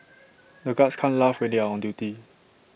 the guards can't laugh when they are on duty